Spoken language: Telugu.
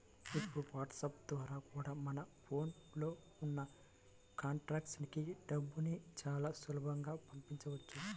ఇప్పుడు వాట్సాప్ ద్వారా కూడా మన ఫోన్ లో ఉన్న కాంటాక్ట్స్ కి డబ్బుని చాలా సులభంగా పంపించవచ్చు